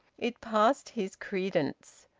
it passed his credence.